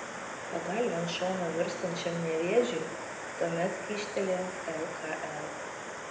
pagalvę ant šono virstančiam nevėžiui tuomet kyštelėjo lkl